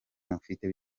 mufite